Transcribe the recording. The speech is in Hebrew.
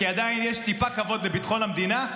כי עדיין יש טיפה כבוד לביטחון המדינה,